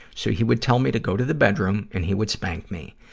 so he would tell me to go to the bedroom and he would spank me.